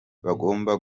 bagomba